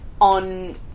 on